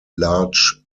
large